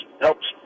helps